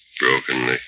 brokenly